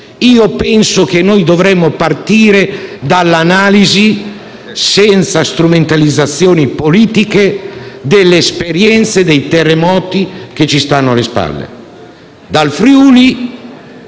Penso che dovremmo partire dall'analisi, senza strumentalizzazioni politiche, delle esperienze dei terremoti che ci stanno alle spalle: dal Friuli,